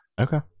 Okay